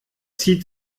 zieht